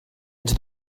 into